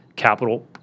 capital